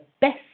best